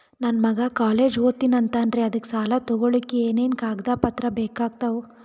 ನನ್ನ ಮಗ ಕಾಲೇಜ್ ಓದತಿನಿಂತಾನ್ರಿ ಅದಕ ಸಾಲಾ ತೊಗೊಲಿಕ ಎನೆನ ಕಾಗದ ಪತ್ರ ಬೇಕಾಗ್ತಾವು?